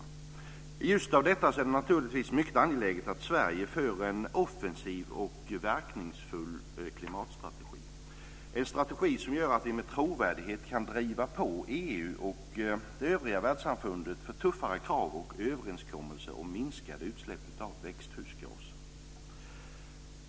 I ljuset av detta är det naturligtvis mycket angeläget att Sverige har en offensiv och verkningsfull klimatstrategi - en strategi som gör att vi med trovärdighet kan driva på EU och det övriga världssamfundet för tuffare krav och överenskommelser om minskade utsläpp av växthusgaser.